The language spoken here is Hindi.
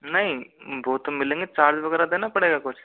नहीं वो तो मिलेंगे चार्ज वगैरह देना पड़ेगा कुछ